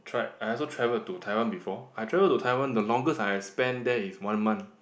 tried I also travel to Taiwan before I travel to Taiwan the longest I've spend there is one month